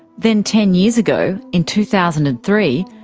then ten years ago, in two thousand and three,